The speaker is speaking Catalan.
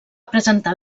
presentar